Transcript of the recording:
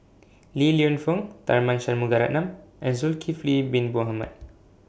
Li Lienfung Tharman Shanmugaratnam and Zulkifli Bin Mohamed